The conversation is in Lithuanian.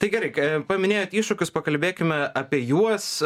tai gerai paminėjot iššūkius pakalbėkime apie juos